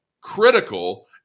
critical